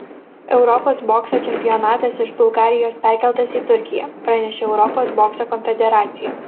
europos bokso čempionatas iš bulgarijos perkeltas į turkiją pranešė europos bokso konfederacija